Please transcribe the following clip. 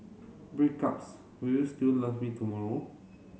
breakups will you still love me tomorrow